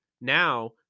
now